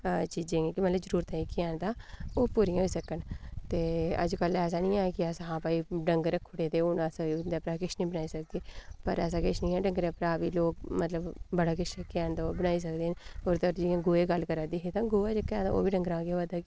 चीजें दी जेह्कियां मतलब जरूरतां हैन ओह् पूरियां होई सकन अजकल ऐसा निं ऐ कि अस भाई डंगर रक्खी ओड़े ते हून अस जेह्का कि किश निं बनाई सकदे पर ऐसा किश निं ऐ मतलब डंगरें उप्परा बी लोक बड़ा किश बनाई सकदे न ते जियां गोहे दी गल्ल करै दे हे ते गोहा जेह्का ऐ तां ओह्बी डंगरें दा गै हा